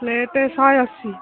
plate ଶହେ ଅଶୀ